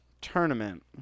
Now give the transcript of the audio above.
tournament